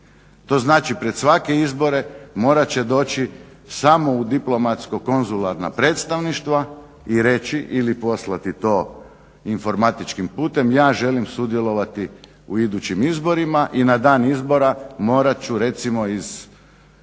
To znači pred svake izbore morat će doći samo u Diplomatsko konzularna predstavništva i reći ili to poslati to informatičkim putem, ja želim sudjelovati u idućim izborima i na dan izbora morat ću recimo iz